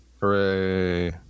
Hooray